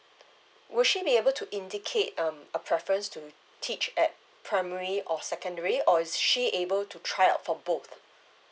will she be able to indicate um a preference to teach at primary or secondary or is she able to try out for both